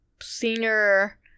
senior